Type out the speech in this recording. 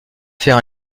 faire